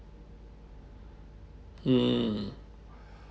mm